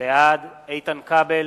בעד איתן כבל,